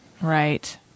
Right